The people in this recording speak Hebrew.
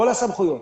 כל הסמכויות.